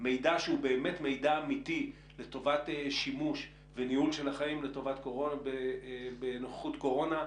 מידע שהוא באמת מידע אמיתי לטובת שימוש וניהול של החיים בנוכחות קורונה.